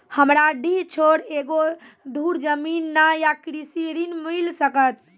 हमरा डीह छोर एको धुर जमीन न या कृषि ऋण मिल सकत?